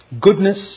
Goodness